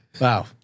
Wow